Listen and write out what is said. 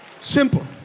Simple